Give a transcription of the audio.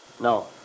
No